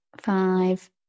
five